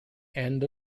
end